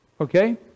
Okay